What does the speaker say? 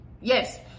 yes